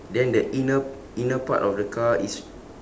then the inner inner part of the car is